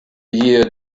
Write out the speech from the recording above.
year